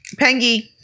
Pengi